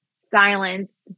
silence